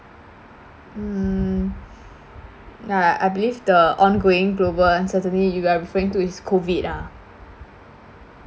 mm ya I believe the on going global ones certainly you're referring to is COVID ah